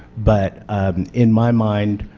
but in my mind